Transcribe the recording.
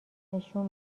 نشون